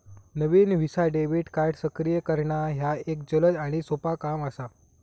नवीन Visa debit card सक्रिय करणा ह्या एक जलद आणि सोपो काम असा